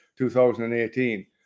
2018